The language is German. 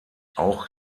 auch